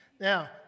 Now